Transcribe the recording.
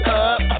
up